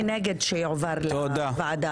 אני נגד זה שהחוק יועבר לוועדת חוץ וביטחון.